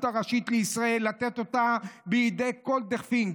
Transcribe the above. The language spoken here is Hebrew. הראשית לישראל ולתת אותה בידי כל דכפין,